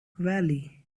valley